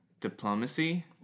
diplomacy